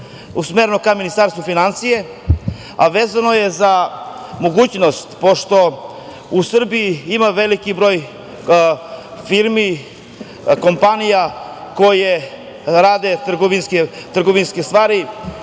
usmereno ka Ministarstvu finansija, a vezano je za mogućnost, pošto u Srbiji ima veliki broj firmi, kompanija koje rade trgovinske stvari.